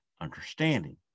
understanding